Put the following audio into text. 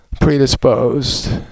predisposed